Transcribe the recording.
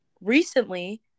recently